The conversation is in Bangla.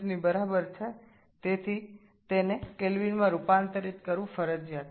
সুতরাং এটি কেলভিনে রূপান্তর করা বাধ্যতামূলক